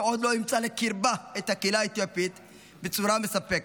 שעוד לא אימצה לקרבה את הקהילה האתיופית בצורה מספקת.